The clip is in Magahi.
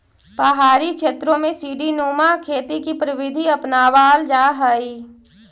पहाड़ी क्षेत्रों में सीडी नुमा खेती की प्रविधि अपनावाल जा हई